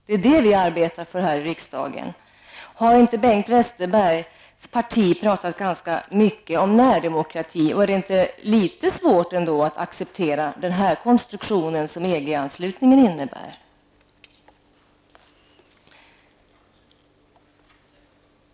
Det är vad vi arbetar för här i riksdagen. Har inte Bengt Westerbergs parti talat ganska mycket om närdemokrati? Har man inte ändå litet svårt att acceptera den konstruktion som EG-anslutningen innebär?